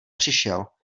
přišel